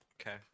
Okay